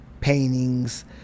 paintings